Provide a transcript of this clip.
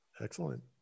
Excellent